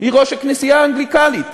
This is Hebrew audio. היא ראש הכנסייה האנגליקנית,